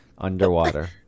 underwater